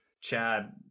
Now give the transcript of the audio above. chad